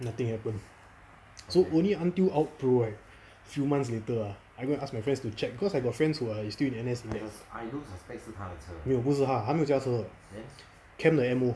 nothing happen so only until out pro right few months later ah I go ask my friends to check cause I got friends who are still in N_S 没有不是他他没有驾车的 camp 的 M_O